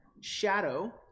shadow